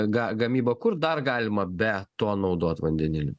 ga gamyba kur dar galima be to naudot vandenilį